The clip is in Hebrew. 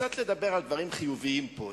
קצת לדבר על דברים חיוביים פה,